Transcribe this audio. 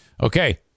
Okay